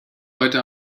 heute